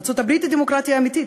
ארצות-הברית היא דמוקרטיה אמיתית,